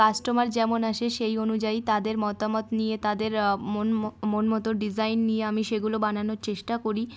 customer যেমন আসে সেই অনুযায়ী তাদের মতামত নিয়ে তাদের মন মন মতো ডিজাইন নিয়ে আমি সেগুলো বানানোর চেষ্টা করি